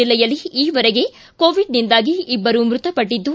ಜಿಲ್ಲೆಯಲ್ಲಿ ಈವರೆಗೆ ಕೋವಿಡ್ನಿಂದಾಗಿ ಇಬ್ಬರು ಮೃತಪಟ್ಟದ್ದು